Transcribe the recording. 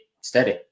steady